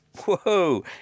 whoa